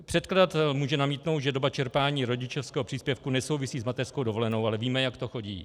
Předkladatel může namítnout, že doba čerpání rodičovského příspěvku nesouvisí s mateřskou dovolenou, ale víme, jak to chodí.